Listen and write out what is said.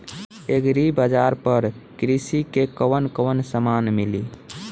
Agri बाजार पर कृषि के कवन कवन समान मिली?